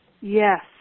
yes